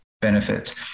benefits